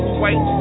white